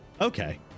okay